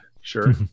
sure